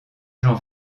jean